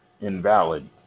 Invalid